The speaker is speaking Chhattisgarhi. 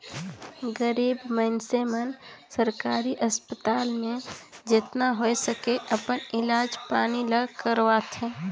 गरीब मइनसे मन सरकारी अस्पताल में जेतना होए सके अपन इलाज पानी ल करवाथें